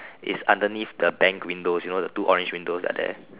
it's underneath the bank windows you know the two orange windows that are there